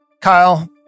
Kyle